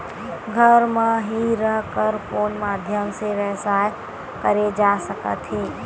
घर म हि रह कर कोन माध्यम से व्यवसाय करे जा सकत हे?